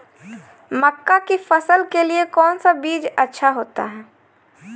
मक्का की फसल के लिए कौन सा बीज अच्छा होता है?